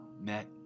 met